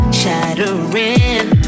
shattering